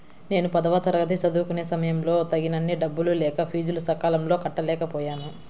నేను పదవ తరగతి చదువుకునే సమయంలో తగినన్ని డబ్బులు లేక ఫీజులు సకాలంలో కట్టలేకపోయాను